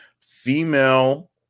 female